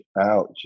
Ouch